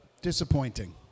Disappointing